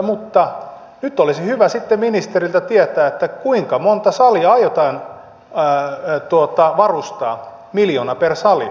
mutta nyt olisi hyvä sitten saada ministeriltä tietää kuinka monta salia aiotaan varustaa miljoona per sali